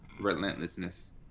relentlessness